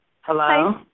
Hello